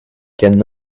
can